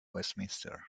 westminster